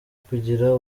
kugira